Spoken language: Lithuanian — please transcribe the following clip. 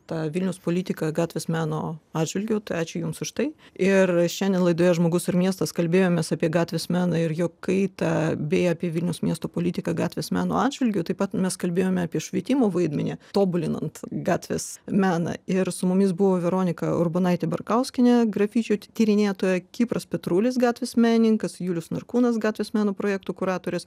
ta vilniaus politika gatvės meno atžvilgiu tai ačiū jums už tai ir šiandien laidoje žmogus ir miestas kalbėjomės apie gatvės meną ir jo kaitą bei apie vilniaus miesto politiką gatvės meno atžvilgiu taip pat mes kalbėjome apie švietimo vaidmenį tobulinant gatvės meną ir su mumis buvo veronika urbonaitė barkauskienė grafičių tyrinėtoja kipras petrulis gatvės menininkas julius narkūnas gatvės meno projektų kuratorius